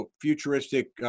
futuristic –